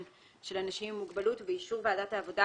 של אנשים עם מוגבלות ובאישור ועדת העבודה,